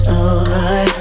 over